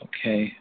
Okay